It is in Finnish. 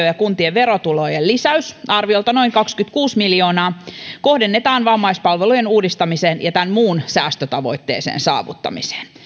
ja kuntien verotulojen lisäys arviolta noin kaksikymmentäkuusi miljoonaa kohdennetaan vammaispalvelujen uudistamiseen ja tämän muun säästötavoitteen saavuttamiseen